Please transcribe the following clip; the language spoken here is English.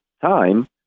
time